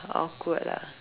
awkward ah